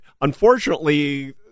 unfortunately